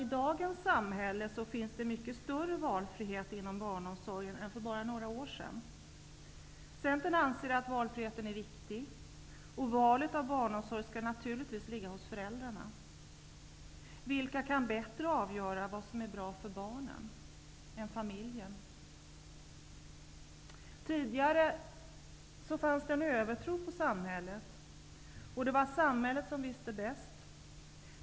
I dagens samhälle finns det mycket större valfrihet inom barnomsorgen än för bara några år sedan. Centern anser att valfriheten är viktig och att valet av barnomsorg naturligtvis skall ligga hos föräldrarna. Vilka kan bättre än familjen avgöra vad som är bra för barnen? Tidigare fanns det en övertro på samhället. Det var samhället som visste bäst.